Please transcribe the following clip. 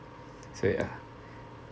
so ya